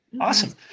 awesome